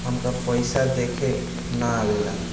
हमका पइसा देखे ना आवेला?